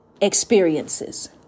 experiences